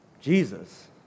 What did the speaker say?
Jesus